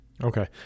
Okay